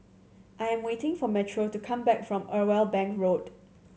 I am waiting for Metro to come back from Irwell Bank Road